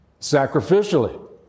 sacrificially